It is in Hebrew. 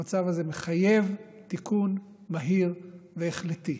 המצב הזה מחייב תיקון מהיר והחלטי.